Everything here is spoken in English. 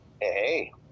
Hey